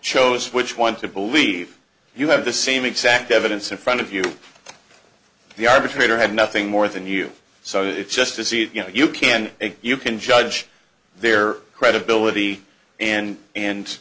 chose which one to believe you have the same exact evidence in front of you the arbitrator had nothing more than you so it's just to see if you know you can you can judge their credibility and and